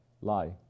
lie